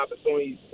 opportunities